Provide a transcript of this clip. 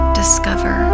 discover